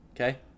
Okay